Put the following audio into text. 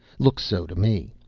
looks so to me.